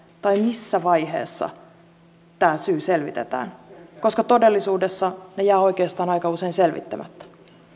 tai missä vaiheessa tämä syy selvitetään koska todellisuudessa se jää oikeastaan aika usein selvittämättä